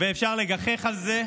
אפשר לגחך על זה,